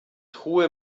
truhe